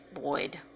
void